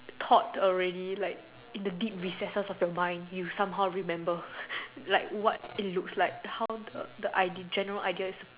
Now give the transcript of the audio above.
taught already like in the deep recesses of your mind you somehow remember like how it looks like the general idea